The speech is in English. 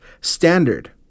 Standard